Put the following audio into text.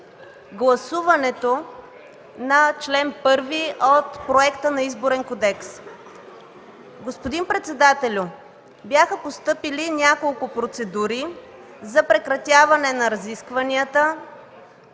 гласуването на чл. 1 от Проекта на Изборния кодекс. Господин председател, бяха постъпили няколко процедури за прекратяване на разискванията,